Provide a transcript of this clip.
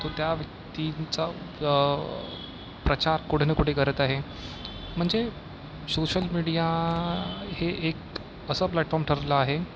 तो त्या व्यक्तींचा प्रचार कुठे ना कुठे करत आहे म्हणजे सोशल मीडिया हे एक असं प्लॅटफॉर्म ठरलं आहे